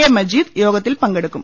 A Majeed യോഗത്തിൽ പങ്കെടുക്കും